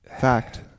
Fact